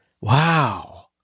wow